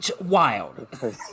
Wild